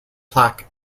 plaque